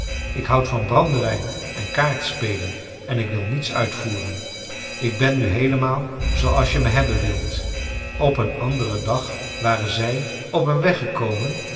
ik houd van brandewijn en kaartspelen en ik wil niets uitvoeren ik ben nu heelemaal zooals je me hebben wilt op een anderen dag waren zij op een